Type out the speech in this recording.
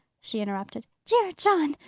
she interrupted. dear john!